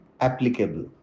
applicable